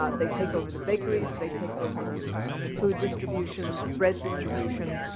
ah they take over the bakeries. they take over the food distribution, the bread distribution.